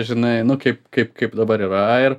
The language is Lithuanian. žinai nu kaip kaip kaip dabar yra ir